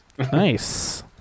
Nice